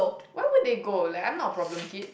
why would they go like I'm not a problem kid